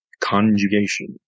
conjugation